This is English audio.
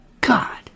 God